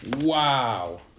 Wow